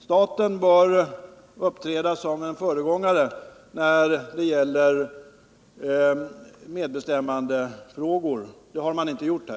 Staten bör uppträda som en föregångare när det gäller medbestämmandefrågor. Det har den inte gjort här.